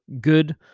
good